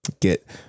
get